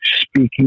speaking